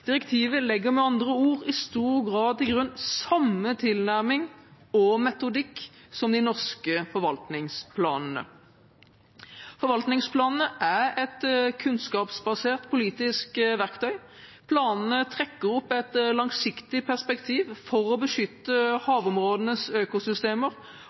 Direktivet legger med andre ord i stor grad til grunn samme tilnærming og metodikk som de norske forvaltningsplanene. Forvaltningsplanene er et kunnskapsbasert politisk verktøy. Planene trekker opp et langsiktig perspektiv for å beskytte havområdenes økosystemer